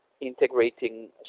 integrating